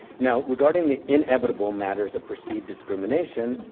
now regarding the inevitable matters that precede discrimination,